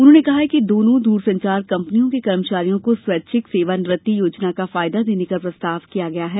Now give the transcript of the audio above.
उन्होंने कहा कि दोनों दूरसंचार कम्पनियों के कर्मचारियों को स्वैच्छिक सेवानिवृत्ति योजना का फायदा देने का प्रस्ताव किया गया है